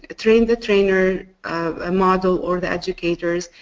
ah train the trainer ah model or the educators,